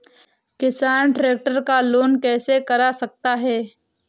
किसान ट्रैक्टर का लोन कैसे करा सकता है?